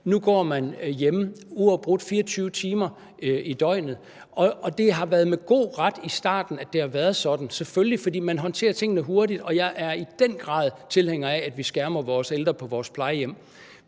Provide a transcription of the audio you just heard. Nu går man hjemme uafbrudt 24 timer i døgnet, og det har været med god ret i starten, at det har været sådan – selvfølgelig – for man håndterer tingene hurtigt. Og jeg er i den grad optaget af, at vi skærmer vores ældre på vores plejehjem,